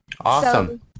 awesome